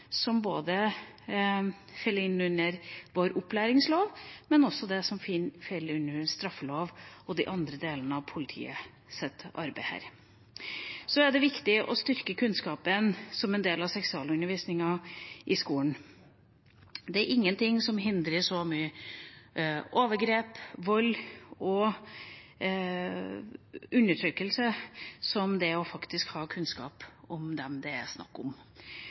inn under vår opplæringslov, men også av det som faller inn under straffeloven og de andre delene av politiets arbeid her. Så er det viktig å styrke kunnskapen som en del av seksualundervisningen i skolen. Det er ingenting som hindrer så mye overgrep, vold og undertrykkelse som det å ha kunnskap om dem det er snakk om,